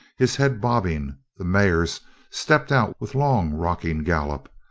his head bobbing the mares stepped out with long, rocking gallop.